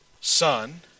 Son